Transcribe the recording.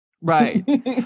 Right